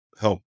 help